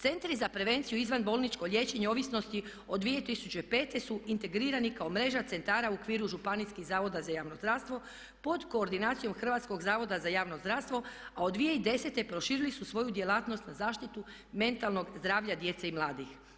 Centri za prevenciju i izvanbolničko liječenje ovisnosti od 2005. su integrirani kao mreža centara u okviru županijskih zavoda za javno zdravstvo pod koordinacijom Hrvatskog zavoda za javno zdravstvo a od 2010. proširili su svoju djelatnost na zaštitu mentalnog zdravlja djece i mladih.